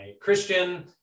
Christian